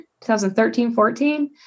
2013-14